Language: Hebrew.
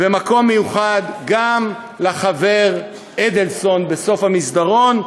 מקום מיוחד, גם לחבר אדלסון בסוף המסדרון,